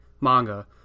manga